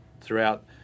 throughout